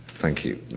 thank you.